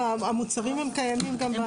לא, המוצרים הם קיימים גם ככה.